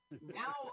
now